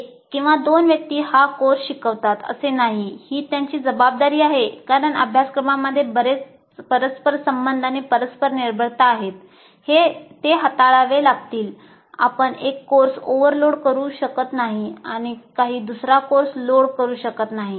एक किंवा दोन व्यक्ती हा कोर्स शिकवतात असे नाही ही त्यांची जबाबदारी आहे कारण अभ्यासक्रमांमध्ये बरेच परस्परसंबंध आणि परस्पर निर्भरता आहेत ते हाताळावे लागतील आपण एक कोर्स ओव्हरलोड करू शकत नाही आणि काही दुसरा कोर्स लोड करू शकत नाही